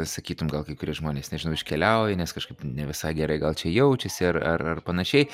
sakytum gal kai kurie žmonės nežinau iškeliau nes kažkaip nevisai gerai gal čia jaučiasi ar ar ar panašiai